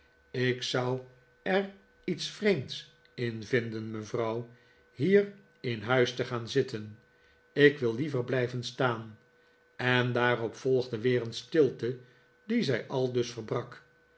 ik zou er iets vreemds in vinden mevrouw hier in huis te gaan zitten ik wil liever blijven staan en daarop volgde weer een stilte die zij aldus verbrak